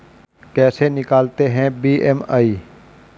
कैसे निकालते हैं बी.एम.आई?